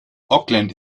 auckland